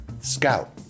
Scout